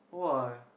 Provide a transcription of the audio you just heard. !wah!